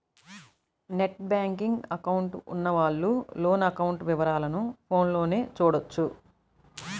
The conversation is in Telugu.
నెట్ బ్యేంకింగ్ అకౌంట్ ఉన్నవాళ్ళు లోను అకౌంట్ వివరాలను ఫోన్లోనే చూడొచ్చు